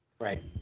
Right